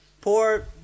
Poor